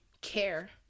care